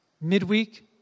midweek